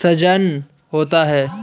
सृजन होता है